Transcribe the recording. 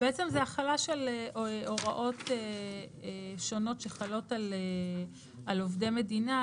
בעצם זה החלה של הוראות שונות שחלות על עובדי מדינה,